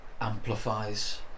amplifies